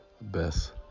best